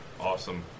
Awesome